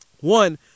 One